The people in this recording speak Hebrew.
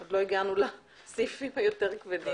עוד לא הגענו לסעיפים היותר כבדים.